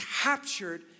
captured